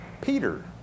Peter